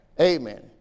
Amen